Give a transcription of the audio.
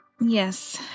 Yes